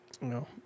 no